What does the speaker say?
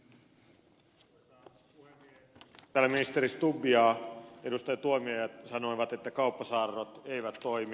täällä ministeri stubb ja edustaja tuomioja sanoivat että kauppasaarrot eivät toimi